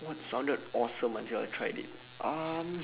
what sounded awesome until I tried it um